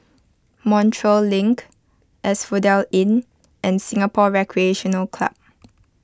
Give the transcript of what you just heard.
Montreal Link Asphodel Inn and Singapore Recreation Club